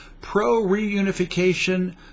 pro-reunification